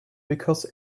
because